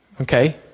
Okay